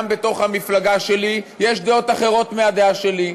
גם בתוך המפלגה שלי יש דעות אחרות מהדעה שלי.